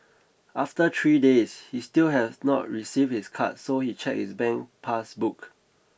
after three days he still had not received his card so he checked his bank pass book